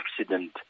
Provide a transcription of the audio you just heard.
accident